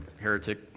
heretic